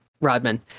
Rodman